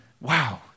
wow